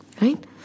Right